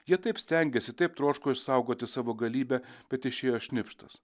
jie taip stengėsi taip troško išsaugoti savo galybę bet išėjo šnipštas